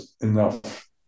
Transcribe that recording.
enough